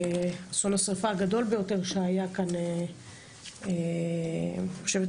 אסון השריפה הגדול ביותר שהיה כאן בשנה האחרונה.